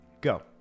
go